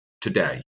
today